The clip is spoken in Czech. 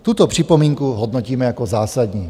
Tuto připomínku hodnotíme jako zásadní.